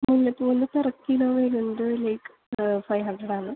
മുല്ലപ്പൂവിൻ്റെ per kilo വരുന്നത് like five hundred ആണ്